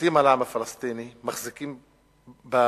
שולטים על העם הפלסטיני, מחזיקים בשטחים,